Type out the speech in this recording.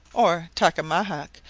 or tacamahac,